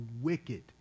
wicked